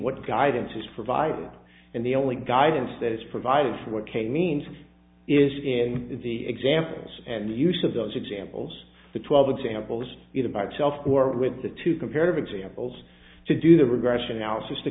what guidance is provided and the only guidance that is provided for what came means is in the examples and use of those examples the twelve examples either by itself or with the two comparative examples to do the regression analysis to